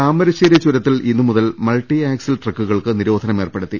താമരശേരി ചൂരത്തിൽ ഇന്ന് മുതൽ മൾട്ടി ആക്സിൽ ട്രക്കു കൾക്ക് നിരോധനം ഏർപ്പെടുത്തി